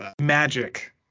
magic